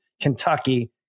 Kentucky